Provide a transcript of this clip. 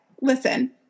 listen